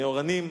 מ"אורנים",